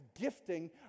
gifting